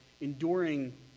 enduring